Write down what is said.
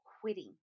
quitting